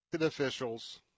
officials